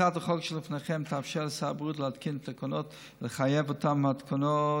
הצעת החוק שלפניכם תאפשר לשר הבריאות להתקין תקנות ולחייב אותם בהתקנת